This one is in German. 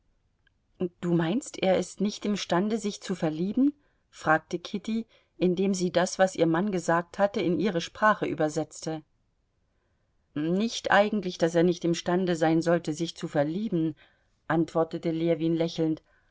du meinst er ist nicht imstande sich zu verlieben fragte kitty indem sie das was ihr mann gesagt hatte in ihre sprache übersetzte nicht eigentlich daß er nicht imstande sein sollte sich zu verlieben antwortete ljewin lächelnd